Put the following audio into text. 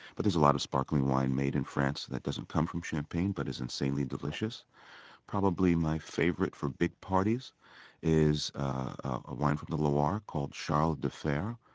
but there's a lot of sparkling wine made in france that doesn't come from champagne but is insanely delicious probably my favorite for big parties is a wine from the loire called charles de fere.